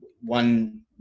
one